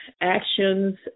actions